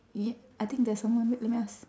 y~ I think there's someone wait let me ask